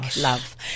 love